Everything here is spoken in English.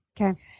Okay